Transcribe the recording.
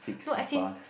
no as in